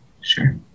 Sure